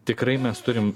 tikrai mes turim